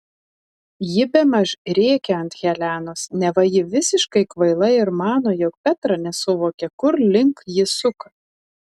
ji bemaž rėkia ant helenos neva ji visiškai kvaila ir mano jog petra nesuvokia kur link ji suka